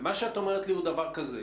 ומה שאת אומרת לי הוא דבר כזה.